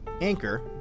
Anchor